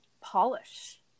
polish